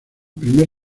primer